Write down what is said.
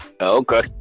Okay